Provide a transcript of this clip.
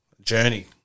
journey